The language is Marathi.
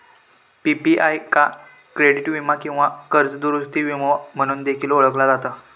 पी.पी.आय का क्रेडिट वीमा किंवा कर्ज दुरूस्ती विमो म्हणून देखील ओळखला जाता